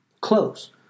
close